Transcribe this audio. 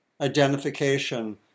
identification